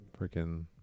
Freaking